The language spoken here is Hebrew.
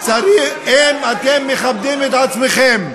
אם אתם מכבדים את עצמכם,